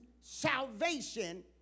salvation